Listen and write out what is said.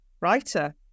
writer